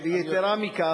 ויתירה מכך,